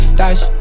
dash